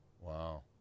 Wow